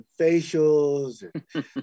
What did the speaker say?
facials